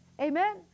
Amen